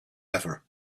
ever